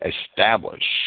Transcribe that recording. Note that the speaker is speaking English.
establish